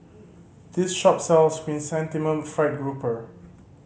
this shop sells Chrysanthemum Fried Grouper